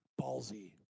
Ballsy